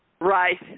Right